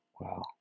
Wow